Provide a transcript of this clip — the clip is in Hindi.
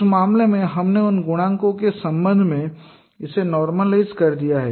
इस मामले में हमने उन गुणांकों के संबंध में इसे नॉर्मलाइज कर दिया है